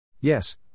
Yes